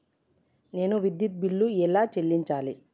నేను విద్యుత్ బిల్లు ఎలా చెల్లించాలి?